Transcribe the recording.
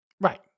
Right